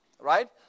right